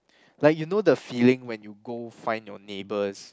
like you know the feeling when you go find your neighbours